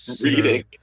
reading